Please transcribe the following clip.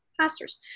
pastors